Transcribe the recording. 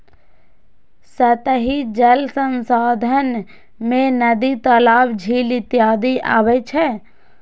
सतही जल संसाधन मे नदी, तालाब, झील इत्यादि अबै छै